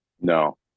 no